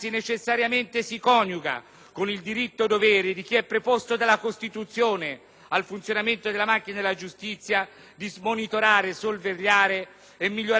con il diritto-dovere di chi è preposto dalla Costituzione al funzionamento della macchina della giustizia, a monitorare, sorvegliare e migliorare il funzionamento degli uffici.